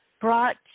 brought